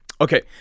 Okay